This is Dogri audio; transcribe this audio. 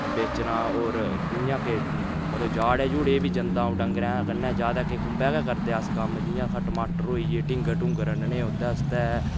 बेचना होर जि'यां के मतलब झाडेै झुड़े बी जं'दा आ'ऊं डंगरे दे कन्नै ज्यादा ते खुंबे गै करदे अस कम्म जि'यां इत्थै टमाटर होई गे टींगर टुंगर आह्नने ओह्दे आस्तै